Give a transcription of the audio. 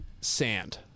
sand